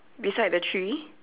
beside the tree